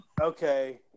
Okay